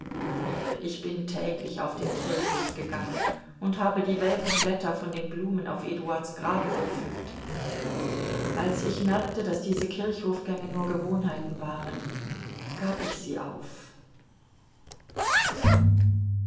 ich bin täglich auf den kirchhof gegangen und habe die welken blätter von den blumen auf eduards grab gepflückt als ich merkte daß diese kirchhofgänge nur gewohnheiten waren gab ich sie auf